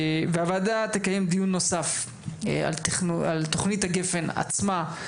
הוועדה תקיים דיון נוסף על תוכנית גפ"ן עצמה,